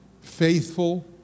faithful